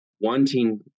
wanting